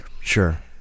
Sure